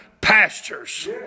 pastures